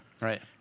Right